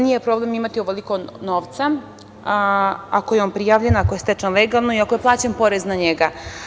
Nije problem imati ovoliko novca, ako je on prijavljen, ako je stečen legalno i ako je plaćen porez na njega.